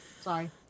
Sorry